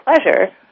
pleasure